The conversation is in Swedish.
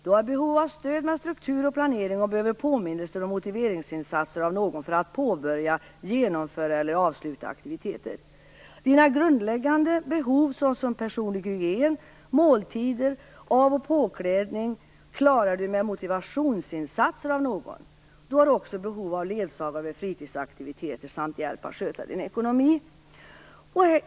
Du har behov av stöd med struktur och planering och behöver påminnelser och motiveringsinsatser av någon för att påbörja, genomföra eller avsluta aktiviteter. Dina grundläggande behov såsom personlig hygien, måltider och av och påklädning klarar Du med motivationsinsatser av någon. Du har också behov av ledsagare vid fritidsaktiviteter samt hjälp att sköta Din ekonomi."